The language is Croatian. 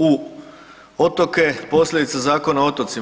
u otoke posljedica Zakona o otocima.